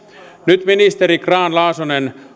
nyt ministeri grahn laasonen